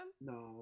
No